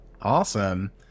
Awesome